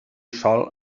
sòl